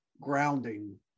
grounding